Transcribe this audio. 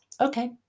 okay